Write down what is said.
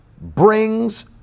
brings